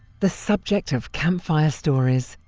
the subject of camp-fire stories,